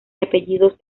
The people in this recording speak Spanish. apellidos